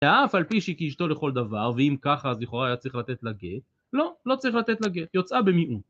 ואף על פי שהיא אשתו לכל דבר, ואם ככה הזכורה הייתה צריכה לתת לגט? לא, לא צריכה לתת לגט. יוצאה במיעוט.